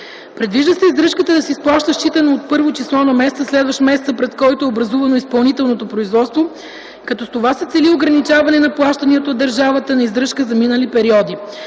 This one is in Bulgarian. Предвижда се издръжката да се изплаща считано от първо число на месеца, следващ месеца, през който е образувано изпълнителното производство, като с това се цели ограничаване на плащанията от държавата на издръжка за минали периоди.